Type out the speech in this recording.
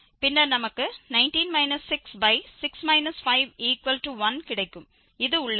பின்னர் நமக்கு 19 66 51 கிடைக்கும் இது உள்ளது